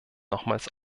nochmals